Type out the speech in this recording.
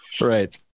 Right